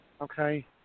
Okay